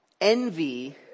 Envy